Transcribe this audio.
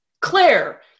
Claire